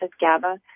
GABA